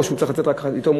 או שהוא צריך לצאת יותר מאוחר,